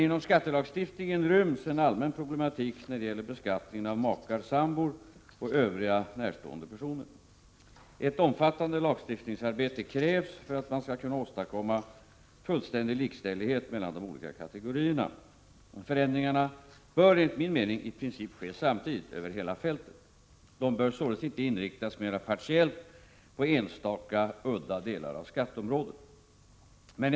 Inom skattelagstiftningen ryms dock en allmän problematik när det gäller beskattningen av makar/sambor och övriga närstående personer. Ett omfattande lagstiftningsarbete krävs för att man skall kunna åstadkomma fullständig likställighet mellan de olika kategorierna. Förändringarna bör enligt min mening i princip ske samtidigt över hela fältet. De bör således inte inriktas mera partiellt på enstaka, udda delar av skatteområdet.